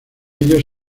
ellos